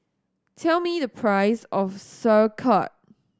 tell me the price of Sauerkraut